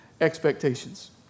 expectations